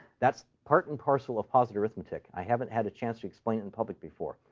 that's part and parcel of positive arithmetic. i haven't had a chance to explain it in public before.